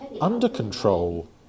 under-control